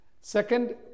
Second